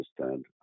understand